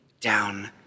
down